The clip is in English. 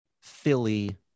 Philly